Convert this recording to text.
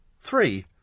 three